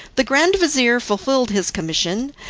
the grand-vizir fulfilled his commission,